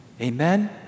Amen